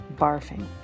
barfing